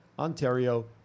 ontario